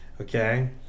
Okay